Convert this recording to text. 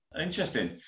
Interesting